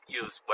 use